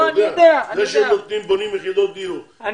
זה שבונים יחידות דיור,